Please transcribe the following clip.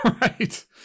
right